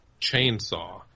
chainsaw